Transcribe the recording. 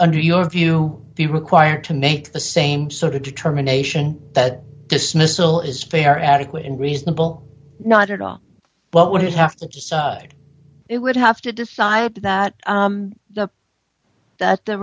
under your view be required to make the same sort of determination that dismissal is fair adequate and reasonable not at all but would have to decide it would have to decide that the that the